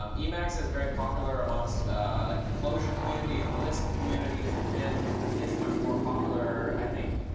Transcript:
um emacs is very popular amongst like the closure community and lisp communities. and vim is much more popular, i think,